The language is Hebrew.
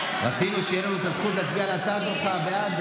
רצינו שתהיה לנו את הזכות להצביע על ההצעה הזאת פעם בעד,